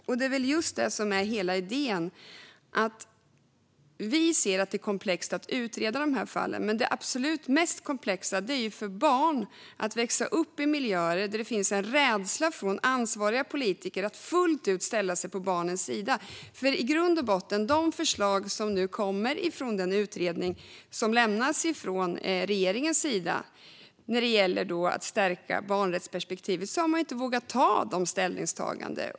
Och det är komplext att utreda de här fallen, men det absolut mest komplexa är ju för barn att växa upp i miljöer där det finns en rädsla från ansvariga politiker att fullt ut ställa sig på barnens sida. I de förslag som nu kommer från den utredning som lämnats av regeringen när det gäller att stärka barnrättsperspektivet har man inte vågat göra dessa ställningstaganden.